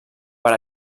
per